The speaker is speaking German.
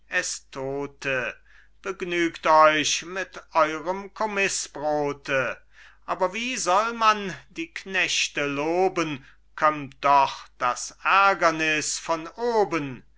estote begnügt euch mit eurem kommißbrote aber wie soll man die knechte loben kömmt doch das ärgernis von oben